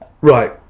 Right